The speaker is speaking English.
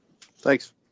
Thanks